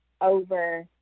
over